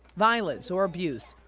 violence, or abuse.